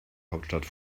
hauptstadt